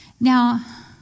Now